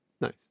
Nice